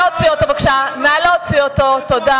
נא להוציא אותו, בבקשה.